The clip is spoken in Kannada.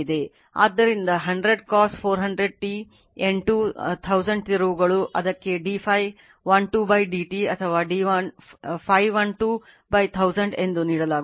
ಆದ್ದರಿಂದ 100 cos 400 t N 2 1000 ತಿರುವುಗಳು ಇದಕ್ಕೆ dΦ 1 2 dt ಅಥವಾ Φ1 2 1000 ಎಂದು ನೀಡಲಾಗುತ್ತದೆ